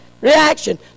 reaction